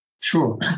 Sure